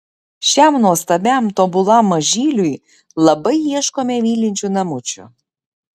šiam nuostabiam tobulam mažyliui labai ieškome mylinčių namučių